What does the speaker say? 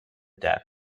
death